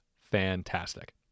fantastic